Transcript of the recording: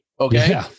Okay